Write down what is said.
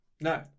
No